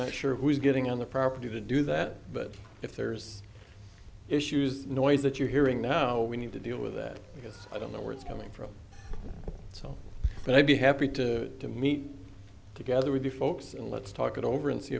not sure who's getting on the property to do that but if there's issues noise that you're hearing now we need to deal with that because i don't know where it's coming from so but i'd be happy to to meet together with the folks and let's talk it over and see